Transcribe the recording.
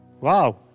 Wow